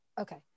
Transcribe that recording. okay